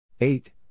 Eight